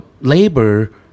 labor